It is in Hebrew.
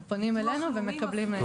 פונים אלינו ומקבלים מענה.